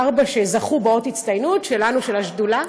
ארבעה זכו באות הצטיינות של השדולה.